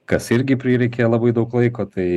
kas irgi prireikė labai daug laiko tai